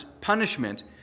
punishment